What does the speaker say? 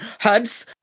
HUDs